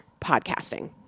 podcasting